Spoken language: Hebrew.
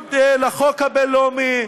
בניגוד לחוק הבין-לאומי.